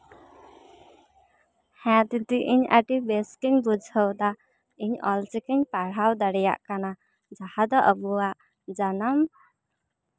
ᱦᱮᱸ ᱫᱤᱫᱤ ᱤᱧ ᱟᱹᱰᱤ ᱵᱮᱥ ᱜᱤᱧ ᱵᱩᱡᱷᱟᱹᱣᱫᱟ ᱤᱧ ᱚᱞᱪᱤᱠᱤᱧ ᱯᱟᱲᱦᱟᱣ ᱫᱟᱲᱮᱭᱟᱜ ᱠᱟᱱᱟ ᱡᱟᱦᱟᱸ ᱫᱚ ᱟᱵᱚᱣᱟᱜ ᱡᱟᱱᱟᱢ